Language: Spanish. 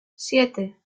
siete